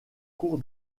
cour